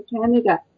Canada